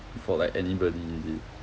for like anybody is it